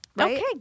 Okay